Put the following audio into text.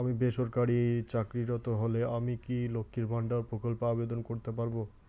আমি বেসরকারি চাকরিরত হলে আমি কি লক্ষীর ভান্ডার প্রকল্পে আবেদন করতে পারব?